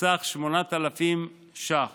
בסך 8,000 ש"ח